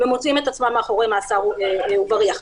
ומוצאים את עצמם מאחורי סורג ובריח.